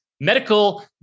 medical